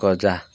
গজা